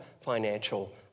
financial